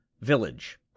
village